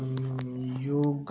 योग